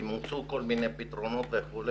האם הוצעו כל מיני פתרונות וכולי,